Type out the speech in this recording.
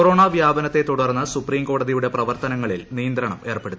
corona വ്യാപനത്തെ തു്ടർന്ന് സുപ്രീംകോടതി യുടെ പ്രവർത്തനങ്ങളീൽ നിയന്ത്രണം ഏർപ്പെടുത്തി